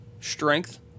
strength